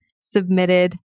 submitted